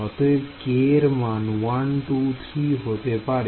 অতএব k এর মান 1 2 3 হতে পারে